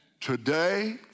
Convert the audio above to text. Today